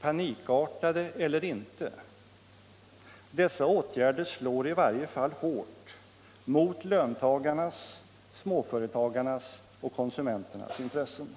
Panikartade 'eller ej — dessa åtgärder slår hårt mot löntagarnas, småföretagarnas och konsumenternas intressen.